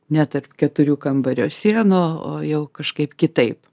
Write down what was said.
ne tarp keturių kambario sienų o jau kažkaip kitaip